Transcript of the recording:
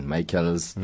Michael's